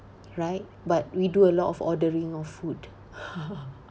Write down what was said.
right but we do a lot of ordering of food